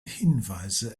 hinweise